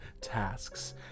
tasks